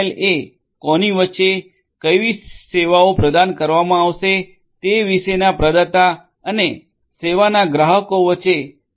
એ કોની વચ્ચે કઈ સેવાઓ પ્રદાન કરવામાં આવશે તે વિશેના પ્રદાતા અને સેવાના ગ્રાહકો વચ્ચે એસ